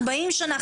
ארבעים שנה,